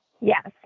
Yes